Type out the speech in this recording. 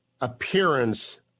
appearance